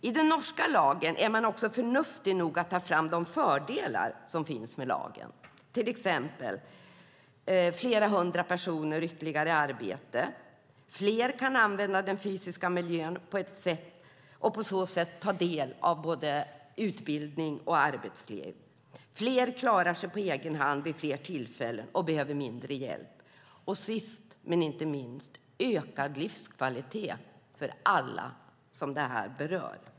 I den norska lagen är man också förnuftig nog att ta fram de fördelar som finns med lagen, som att den innebär flera hundra personer ytterligare i arbete, att fler kan använda den fysiska miljön och på så sätt ta del av utbildning och arbetsliv, att fler klarar sig på egen hand vid fler tillfällen och behöver mindre hjälp, och sist men inte minst, ökad livskvalitet för alla som detta berör.